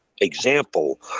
example